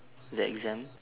the exam